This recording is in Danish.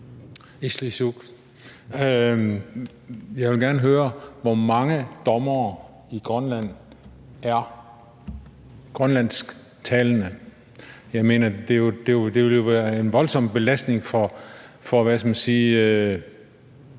Jeg vil gerne høre, hvor mange dommere i Grønland der er grønlandsktalende. Jeg mener, at det jo ville være en voldsom belastning, hvis vi i